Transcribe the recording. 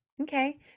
okay